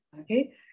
Okay